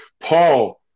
Paul